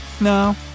No